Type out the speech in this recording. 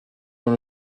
dans